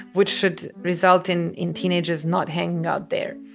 which should result in in teenagers not hanging out there.